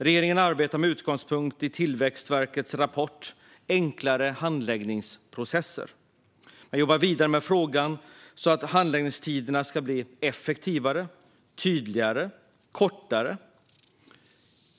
Regeringen arbetar med utgångspunkt i Tillväxtverkets rapport Enklare handläggningsprocesser . Man jobbar vidare med frågan så att handläggningstiderna ska bli effektivare och kortare.